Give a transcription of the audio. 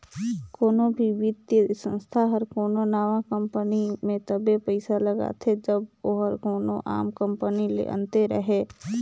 कोनो भी बित्तीय संस्था हर कोनो नावा कंपनी में तबे पइसा लगाथे जब ओहर कोनो आम कंपनी ले अन्ते रहें